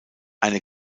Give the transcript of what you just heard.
eine